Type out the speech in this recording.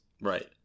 Right